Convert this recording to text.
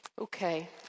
okay